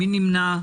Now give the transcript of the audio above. מי נמנע?